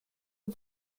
are